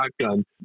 shotgun